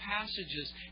passages